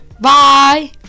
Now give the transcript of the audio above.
bye